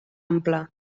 ampla